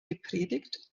gepredigt